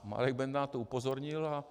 Marek Benda na to upozornil.